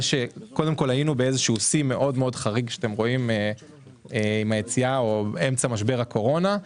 שהוא שיא מאוד חריג שהיינו בו במשבר הקורונה.